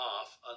off